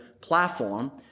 platform